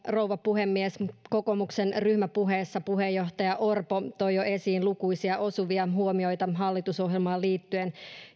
rouva puhemies kokoomuksen ryhmäpuheessa puheenjohtaja orpo toi jo esiin lukuisia osuvia huomioita hallitusohjelmaan liittyen